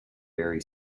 very